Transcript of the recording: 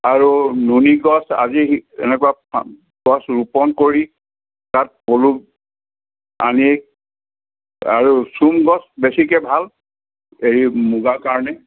আৰু নুনি গছ আদি এনেকুৱা গছ ৰোপন কৰি তাত পলু আনি আৰু চোম গছ বেছিকৈ ভাল এই মুগাৰ কাৰণে